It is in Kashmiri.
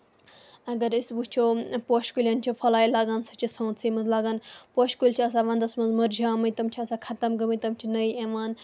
اَگر أسۍ وٕچھو پوشہِ کُلین چھِ پھُلے لگان سُہ چھُ سونتسٕے منٛز لگان پوشہِ کُلۍ چھِ آسان وَندَس منٛز مُرجامٕتۍ تِم چھِ آسان خَتم گٔمٕتۍ تِم چھِ نٔے یِوان